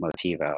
Motivo